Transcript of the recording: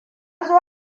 zo